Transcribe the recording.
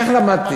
כך למדתי.